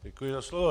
Děkuji za slovo.